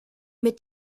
mit